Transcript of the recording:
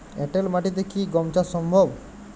এঁটেল মাটিতে কি গম চাষ সম্ভব?